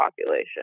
population